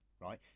right